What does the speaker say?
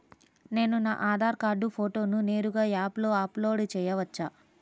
నేను నా ఆధార్ కార్డ్ ఫోటోను నేరుగా యాప్లో అప్లోడ్ చేయవచ్చా?